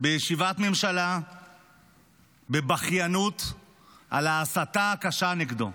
בישיבת ממשלה בבכיינות על ההסתה הקשה נגדו,